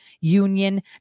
union